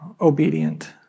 obedient